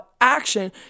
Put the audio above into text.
action